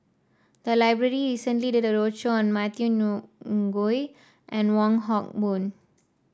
the library recently did a roadshow on Matthew Ngui and Wong Hock Boon